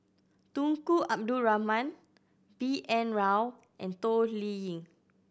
Tunku Abdul Rahman B N Rao and Toh Liying